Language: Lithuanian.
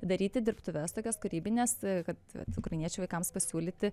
daryti dirbtuves tokias kūrybines kad vat ukrainiečių vaikams pasiūlyti